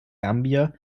gambia